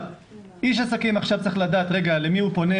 איש עסקים צריך לדעת למי הוא פונה?